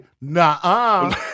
nah